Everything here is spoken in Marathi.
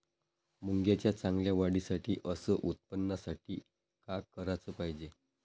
मुंगाच्या चांगल्या वाढीसाठी अस उत्पन्नासाठी का कराच पायजे?